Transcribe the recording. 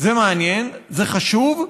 זה מעניין וחשוב.